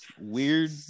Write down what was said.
Weird